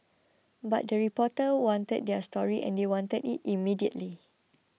but the reporters wanted their story and they wanted it immediately